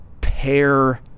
pair